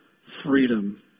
freedom